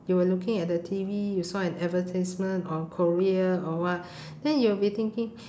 you were looking at the T_V you saw an advertisement of korea or what then you'll be thinking